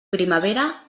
primavera